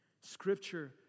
Scripture